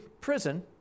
prison